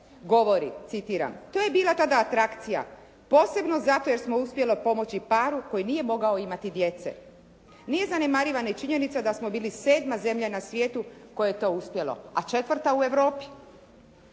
govori, citiram: “To je bila tada atrakcija posebno zato jer smo uspjeli pomoći paru koji nije mogao imati djece.“ Nije zanemariva ni činjenica da smo bili sedma zemlja na svijetu kojoj je to uspjelo, a četvrta u Europi.